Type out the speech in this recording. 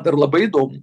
dar labai įdom